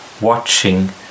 watching